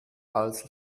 als